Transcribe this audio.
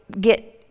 get